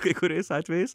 kai kuriais atvejais